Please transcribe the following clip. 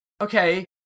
okay